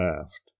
laughed